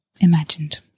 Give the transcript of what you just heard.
imagined